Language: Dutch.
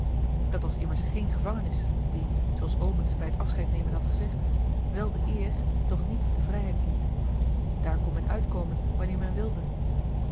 dat was immers geene gevangenis die zooals omens bij het afscheid nemen had gezegd wel de eer doch niet de vrijheid liet daar kon men uitkomen wanneer men wilde